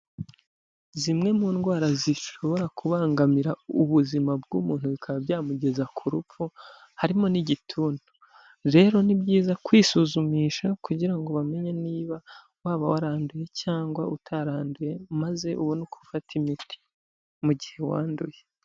Zimwe mu ndwara zishobora kubangamira ubuzima bw'umuntu bikaba byamugeza ku rupfu, harimo n'igituntu, rero ni byiza kwisuzumisha kugira ngo bamenye niba waba waranduye cyangwa utaranduye maze ubone uko ufata imiti mu gihe wanduye.